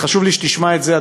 וחשוב שתשמע את זה,